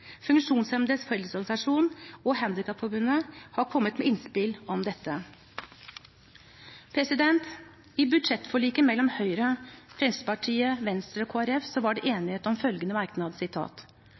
Funksjonshemmedes Fellesorganisasjon og Handikapforbundet har kommet med innspill om dette. I forbindelse med budsjettforliket mellom Høyre, Fremskrittspartiet, Venstre og Kristelig Folkeparti var det enighet om følgende merknad: